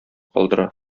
калдыра